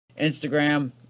instagram